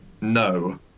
No